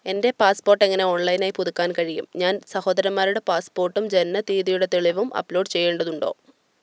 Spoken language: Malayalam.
എൻ്റെ പാസ്പോർട്ട് എങ്ങനെ ഓൺലൈനായി പുതുക്കാൻ കഴിയും ഞാൻ സഹോദരന്മാരുടെ പാസ്പോർട്ടും ജനനത്തീയതിയുടെ തെളിവും അപ്ലോഡ് ചെയ്യേണ്ടതുണ്ടോ